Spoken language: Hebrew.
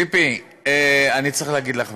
ציפי, אני צריך להגיד לך משהו.